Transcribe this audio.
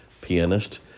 pianist